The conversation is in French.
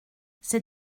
c’est